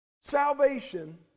Salvation